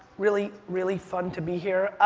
really, really fun to be here.